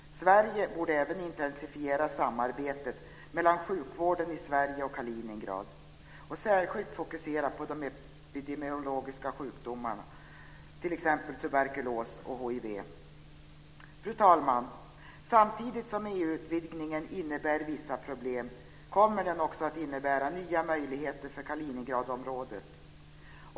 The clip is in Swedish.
Sverige borde även intensifiera samarbetet mellan sjukvården i Sverige och Kaliningrad och särskilt fokusera på de epidemiologiska sjukdomarna som t.ex. tuberkulos och hiv. Fru talman! Samtidigt som EU-utvidgningen innebär vissa problem kommer den också att innebära nya möjligheter för Kaliningradområdet.